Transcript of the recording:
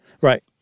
Right